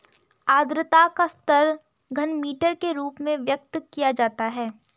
आद्रता का स्तर घनमीटर के रूप में व्यक्त किया जाता है